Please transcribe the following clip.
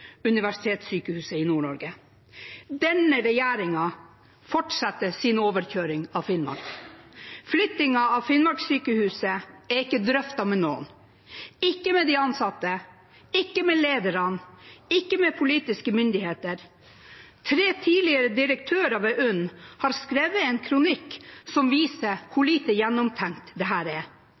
Universitetssykehuset Nord-Norge. Denne regjeringen fortsetter sin overkjøring av Finnmark. Flyttingen av Finnmarkssykehuset er ikke drøftet med noen – ikke med de ansatte, ikke med lederne, ikke med politiske myndigheter. Tre tidligere direktører ved UNN har skrevet en kronikk som viser hvor lite gjennomtenkt dette er.